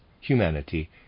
humanity